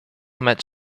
met